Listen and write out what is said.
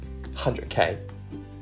100k